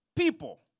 People